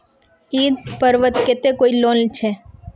ईद पर्वेर केते कोई लोन छे?